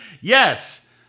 Yes